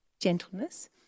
Gentleness